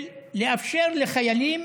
לאפשר לחיילים